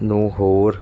ਨੂੰ ਹੋਰ